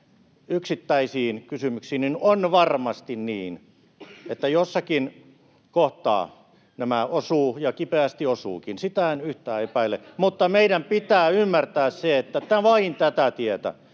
yksittäisiin kysymyksiin, niin on varmasti niin, että jossakin kohtaa nämä osuvat — ja kipeästi osuvatkin, sitä en yhtään epäile — [Vasemmalta: Paitsi hyvätuloisille!] mutta meidän pitää ymmärtää se, että vain tätä tietä